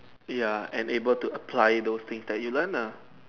ya and able to apply those things that you learn lah